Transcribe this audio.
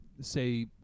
say